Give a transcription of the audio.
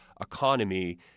economy